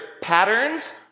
patterns